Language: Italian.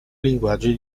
linguaggio